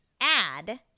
add